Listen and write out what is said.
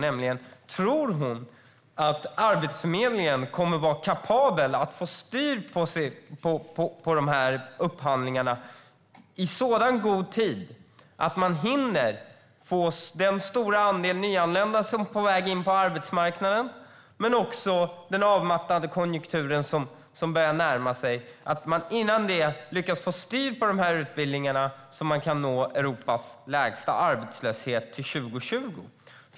Tror hon att Arbetsförmedlingen kommer att vara kapabel att få styr på upphandlingarna och utbildningarna i så god tid att man hinner få ut den stora andel nyanlända som är på väg in på arbetsmarknaden till 2020? Det handlar också om den avmattning i konjunkturen som börjar närma sig. Hinner Arbetsförmedlingen med detta så att vi kan nå Europas lägsta arbetslöshet till 2020?